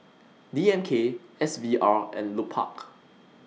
D M K S V R and Lupark